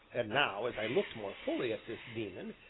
and now, as i looked more fully at this daemon,